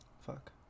Fuck